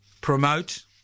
Promote